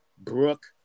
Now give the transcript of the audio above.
Brooke